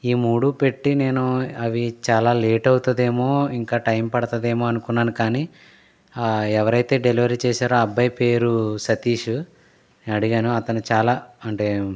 ఈ మూడు పెట్టి నేను అవి చాలా లేట్ అవుతదేమో ఇంకా టైం పడుతుందేమో అనుకున్నాను కానీ ఎవరైతే డెలివరీ చేశారో ఆ అబ్బాయి పేరు సతీష్ నేను అడిగాను అతను చాలా అంటే